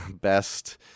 Best